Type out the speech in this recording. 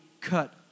cut